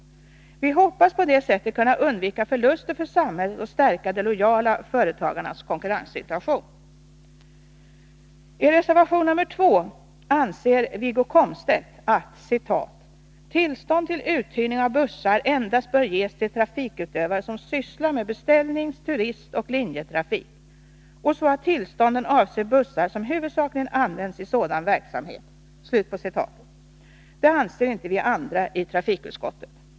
Vi hoppas på det sättet kunna undvika förluster för samhället och stärka de lojala företagarnas konkurrenssituation. I reservation nr 2 anser Wiggo Komstedt att tillstånd till uthyrning av bussar endast bör ges ”till trafikutövare som sysslar med beställnings-, turistellerlinjetrafik och så att tillstånden avser bussar som huvudsakligen används i sådan verksamhet”. Det anser inte vi andra i trafikutskottet.